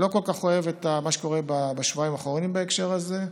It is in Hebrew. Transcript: לא כל כך אוהב את מה שקורה בשבועיים האחרונים בהקשר הזה,